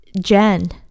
Jen